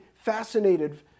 fascinated